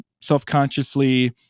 self-consciously